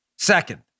Second